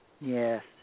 Yes